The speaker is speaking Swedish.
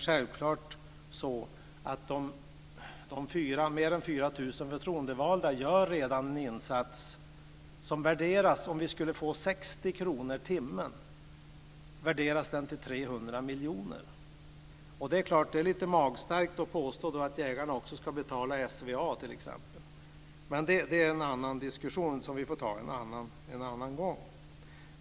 Självfallet gör de drygt 4 000 förtroendevalda redan en insats som - med 60 kr i timmen - värderas till 300 miljoner kronor. Det är klart att det då är lite magstarkt att påstå att jägarna också ska betala t.ex. SVA men det är en annan diskussion som vi får ta en annan gång.